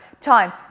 time